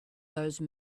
those